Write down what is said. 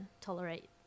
tolerate